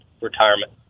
retirement